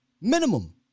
minimum